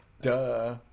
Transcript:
Duh